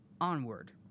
Onward